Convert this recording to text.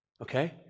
Okay